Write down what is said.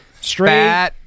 straight